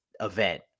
event